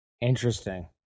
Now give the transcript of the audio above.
Interesting